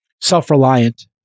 self-reliant